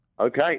Okay